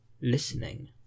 listening